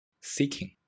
seeking